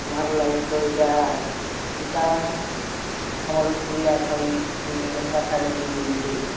ମାଆର୍ ଲାଗି ତ ଏଇଟା ତାର୍ ସମ୍ୱଲପୁରୀୟା ଶାଢ଼ୀ ଯେନ୍ତା ଶାଢ଼ୀ ଗୁଟେ